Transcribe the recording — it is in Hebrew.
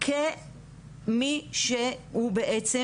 כמי שהוא בעצם,